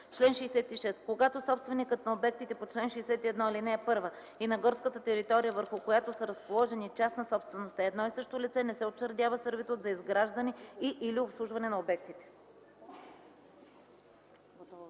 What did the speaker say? „Чл. 66. Когато собственикът на обектите по чл. 61, ал. 1 и на горската територия върху която са разположени – частна собственост, е едно и също лице, не се учредява сервитут за изграждане и/или обслужване на обектите.”